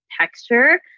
texture